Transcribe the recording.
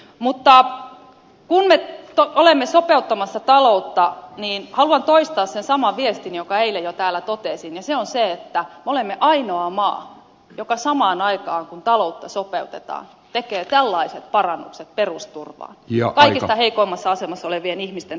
kun me olemme sopeuttamassa taloutta niin haluan toistaa sen saman viestin jonka eilen jo täällä totesin ja se on se että me olemme ainoa maa joka samaan aikaan kun taloutta sopeutetaan tekee tällaiset parannukset perusturvaan kaikista heikoimmassa asemassa olevien ihmisten tilanteeseen